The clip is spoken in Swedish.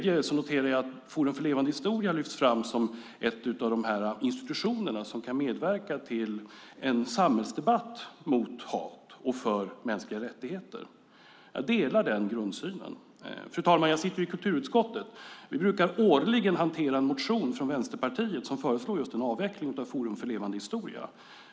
Jag noterar också att Forum för levande historia lyfts fram som en av de institutioner som kan medverka till en samhällsdebatt mot hat och för mänskliga rättigheter. Jag delar den grundsynen. Fru talman! Jag sitter ju i kulturutskottet. Vi hanterar årligen en motion från Vänsterpartiet som föreslår en avveckling av just Forum för levande historia.